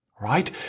Right